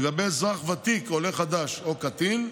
לגבי אזרח ותיק, עולה חדש או קטין,